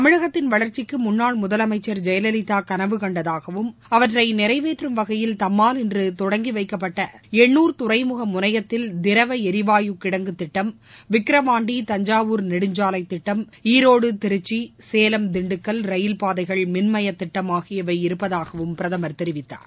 தமிழகத்தின் வளர்ச்சிக்கு முன்னாள் முதலமைச்சர் ஜெயலலிதா கனவு கண்டதாகவும் அவற்றை நிறைவேற்றும் வகையில் தம்மால் இன்று தொங்கி வைக்கப்பட்ட எண்ணூர் துறைமுக முனையத்தில் திரவ எரிவாயு கிடங்கு திட்டம் விக்ரவாண்டி தஞ்சாவூர் நெடுஞ்சாவைத் திட்டம் ஈரோடு திருச்சி சேலம் திண்டுக்கல் ரயில் பாதைகள் மின்மய திட்டம் ஆகியவை இருப்பதாகவும் பிரதமர் தெரிவித்தார்